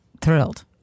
thrilled